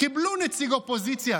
קיבלו נציג אופוזיציה